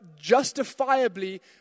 justifiably